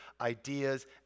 ideas